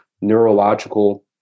neurological